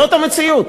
זאת המציאות.